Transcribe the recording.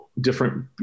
different